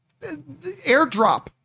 Airdrop